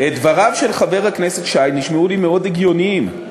דבריו של חבר הכנסת שי נשמעו לי מאוד הגיוניים,